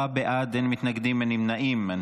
עשרה בעד, אין מתנגדים, אין נמנעים.